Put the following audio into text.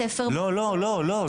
או --- לא לא לא,